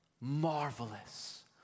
Marvelous